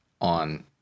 on